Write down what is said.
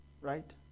Right